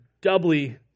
doubly